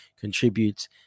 contributes